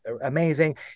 amazing